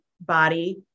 body